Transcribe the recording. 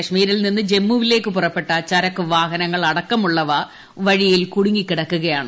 കാശ്മീരിൽ നിന്ന് ജമ്മുവിലേക്ക് പുറപ്പെട്ട ചരക്കൂവിഹൃനങ്ങൾ അടക്കമുള്ളവ വഴിയിൽ കുടുങ്ങിക്കിടക്കുകയാണ്